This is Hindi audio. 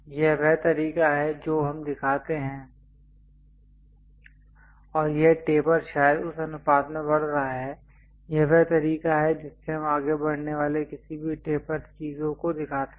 यह वह तरीका है जो हम दिखाते हैं और यह टेपर शायद उस अनुपात में बढ़ रहा है यह वह तरीका है जिससे हम आगे बढ़ने वाले किसी भी टेपर चीजों को दिखाते हैं